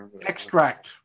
Extract